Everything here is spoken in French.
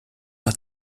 pas